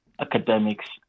academics